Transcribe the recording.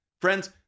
Friends